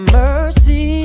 mercy